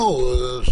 נכון.